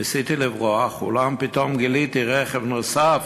ניסיתי לברוח, אולם פתאום גיליתי רכב נוסף